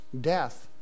death